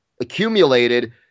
accumulated